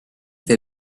that